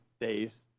days